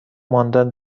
ماندن